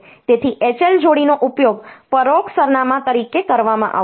તેથી H L જોડીનો ઉપયોગ પરોક્ષ સરનામા તરીકે કરવામાં આવશે